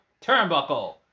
turnbuckle